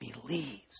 believes